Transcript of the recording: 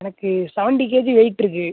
எனக்கு seventy KG weight இருக்குது